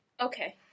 Okay